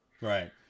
Right